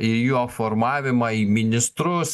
į jo formavimą į ministrus